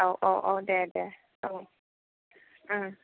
औ औ औ दे दे औ